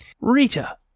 Rita